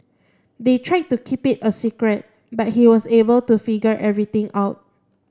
they tried to keep it a secret but he was able to figure everything out